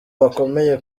bakomeye